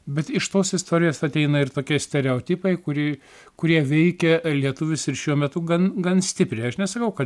bet iš tos istorijos ateina ir tokie stereotipai kuri kurie veikia lietuvius ir šiuo metu gan gan stipriai aš nesakau kad